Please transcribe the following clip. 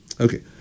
Okay